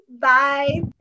Bye